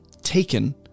taken